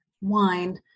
wine